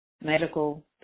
medical